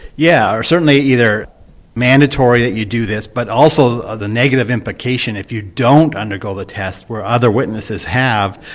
yeah, certainly either mandatory that you do this but also ah the negative implication if you don't undergo the test where other witnesses have,